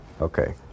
Okay